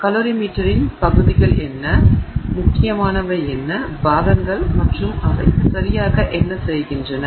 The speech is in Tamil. கலோரிமீட்டரின் பகுதிகள் என்ன முக்கியமானவை என்ன பாகங்கள் மற்றும் அவை சரியாக என்ன செய்கின்றன